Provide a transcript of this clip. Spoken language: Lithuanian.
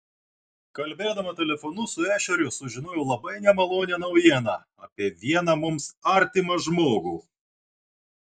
kalbėdama telefonu su ešeriu sužinojau labai nemalonią naujieną apie vieną mums artimą žmogų